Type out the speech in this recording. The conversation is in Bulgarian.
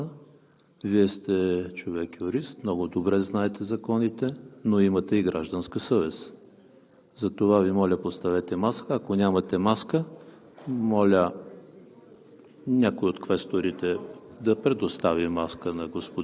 едно от двете. Моля да спазите правилата. Вие сте човек юрист, много добре знаете законите, но имате и гражданска съвест. Затова Ви моля, поставете маска. Ако нямате маска, моля